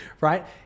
right